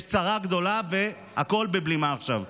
יש צרה גדולה והכול בבלימה עכשיו.